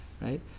right